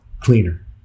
cleaner